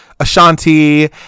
Ashanti